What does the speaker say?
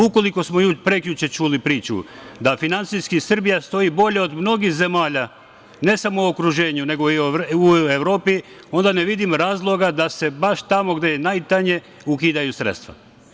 Ukoliko smo prekjuče čuli priču da finansijski Srbija stoji bolje od mnogih zemalja, ne samo u okruženju, nego i u Evropi, onda ne vidim razloga da se baš tamo gde je najtanje ukidaju sredstva.